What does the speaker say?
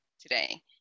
today